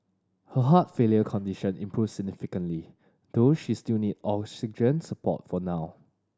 her heart failure condition improved significantly though she still needs oxygen support for now